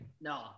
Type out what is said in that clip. No